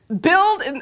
build